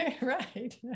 Right